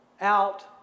out